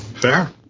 Fair